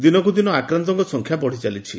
ଦିନକ୍ ଦିନ ଆକ୍ରାନ୍ଡଙ୍କ ସଂଖ୍ୟା ବଢିଚାଲିଛି